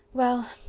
well,